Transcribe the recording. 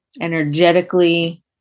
energetically